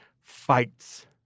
fights